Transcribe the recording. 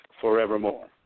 forevermore